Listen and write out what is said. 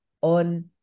on